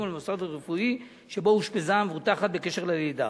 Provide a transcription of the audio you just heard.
או למוסד הרפואי שבו אושפזה המבוטחת בקשר ללידה.